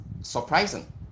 surprising